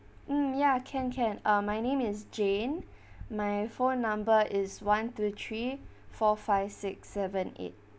mm ya can can uh my name is jane my phone number is one two three four five six seven eight